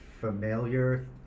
familiar